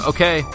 Okay